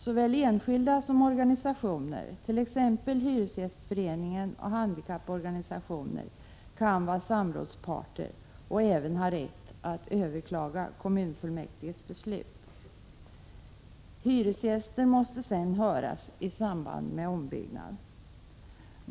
Såväl enskilda som organisationer, t.ex. hyresgästföreningar och handikapporganisationer, kan vara samrådsparter och kan även ha rätt att överklaga kommunfullmäktiges beslut. Hyresgästerna måste sedan höras i samband med en ombyggnad.